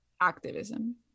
activism